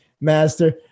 master